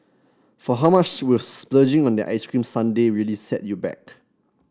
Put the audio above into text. for how much will splurging on that ice cream sundae really set you back